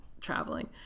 traveling